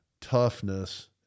toughness